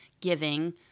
giving